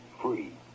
free